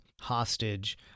hostage